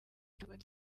icuruzwa